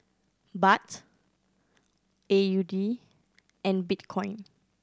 Baht A U D and Bitcoin